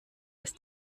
ist